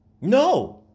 No